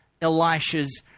Elisha's